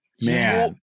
Man